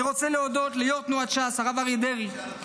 אני רוצה להודות ליו"ר תנועת ש"ס הרב אריה דרעי,